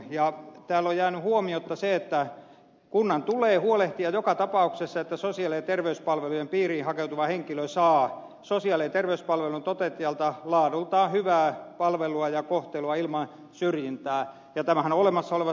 täällä on jäänyt huomiotta se että kunnan tulee huolehtia joka tapauksessa että sosiaali ja terveyspalvelujen piiriin hakeutuva henkilö saa sosiaali ja terveyspalvelujen toteuttajalta laadultaan hyvää palvelua ja kohtelua ilman syrjintää tämähän on olemassa olevassa laissa